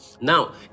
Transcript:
now